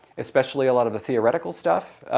especially a lot of the theoretical stuff.